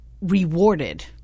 rewarded